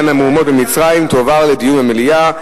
המהומות במצרים תועברנה לדיון במליאה.